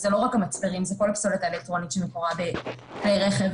ואלה לא רק המצברים אלא כל הפסולת האלקטרונית שנמצאת בכלי רכב,